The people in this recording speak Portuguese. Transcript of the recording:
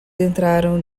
entraram